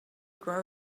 grow